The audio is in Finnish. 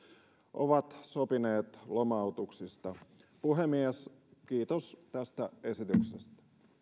ovat sopineet lomautuksista puhemies kiitos tästä esityksestä